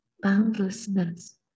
boundlessness